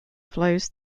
flows